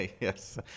Yes